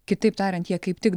kitaip tariant jie kaip tik